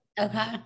Okay